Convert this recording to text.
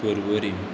Porvorim